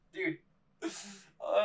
Dude